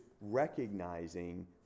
recognizing